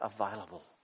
available